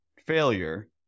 failure